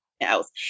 else